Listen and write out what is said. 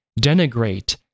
denigrate